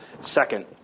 Second